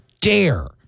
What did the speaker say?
dare